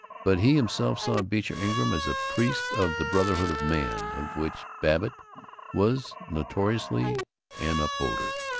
but he himself saw beecher ingram as a priest of the brotherhood of man, of which babbitt was notoriously an upholder.